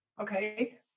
Okay